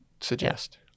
suggest